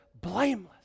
blameless